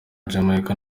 jamaica